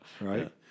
Right